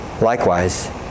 likewise